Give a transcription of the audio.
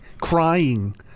crying